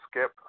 Skip